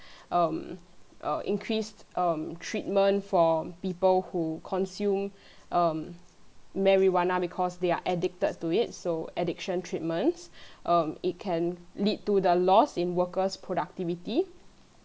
um uh increase um treatment for people who consume um marijuana because they are addicted to it so addiction treatments um it can lead to the lost in worker's productivity